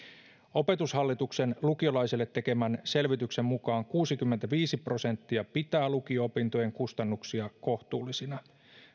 opetushallituksen lukiolaisille tekemän selvityksen mukaan kuusikymmentäviisi prosenttia pitää lukio opintojen kustannuksia kohtuullisina